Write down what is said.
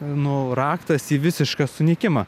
nu raktas į visišką sunykimą